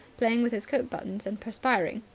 playing with his coat buttons and perspiring.